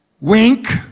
Wink